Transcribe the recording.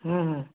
হুম হুম